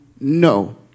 No